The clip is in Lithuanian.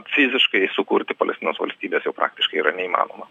fiziškai sukurti palestinos valstybės jau praktiškai yra neįmanoma